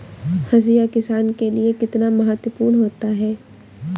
हाशिया किसान के लिए कितना महत्वपूर्ण होता है?